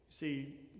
See